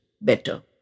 better